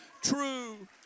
true